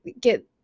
get